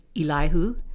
Elihu